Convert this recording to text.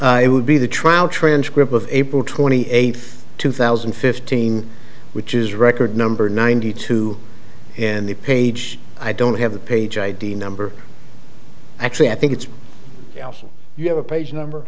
seconds i would be the trial transcript of april twenty eighth two thousand and fifteen which is record number ninety two and the page i don't have a page id number actually i think it's you have a page number